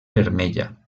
vermella